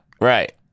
Right